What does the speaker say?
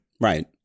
Right